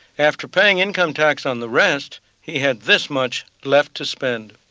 after paying income tax on the rest he had this much left to spend.